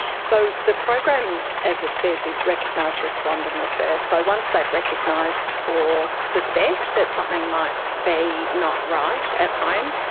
so the program, as it says, is recognise, respond and refer. so once they've recognised or suspect that something might be not right at home,